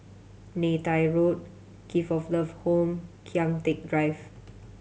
Neythai Road Gift of Love Home Kian Teck Drive